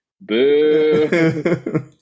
boo